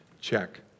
Check